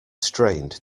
strained